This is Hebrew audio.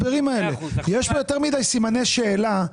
יש פה יותר מדי סימני שאלה,